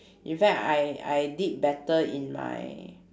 in fact I I did better in my